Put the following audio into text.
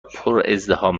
پرازدحام